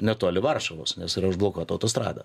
netoli varšuvos nes yra užblokuota autostrada